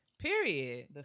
Period